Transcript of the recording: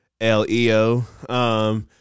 L-E-O